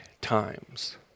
times